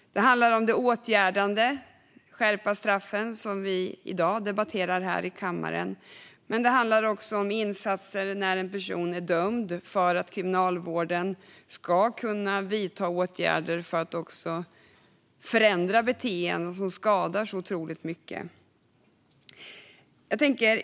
Det handlar om åtgärder som att skärpa straffen, som vi i dag debatterar här i kammaren. Men det handlar också om insatser när en person är dömd så att kriminalvården ska kunna vidta åtgärder för att förändra beteenden som skadar så otroligt mycket.